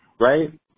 right